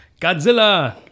Godzilla